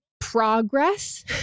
progress